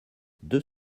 deux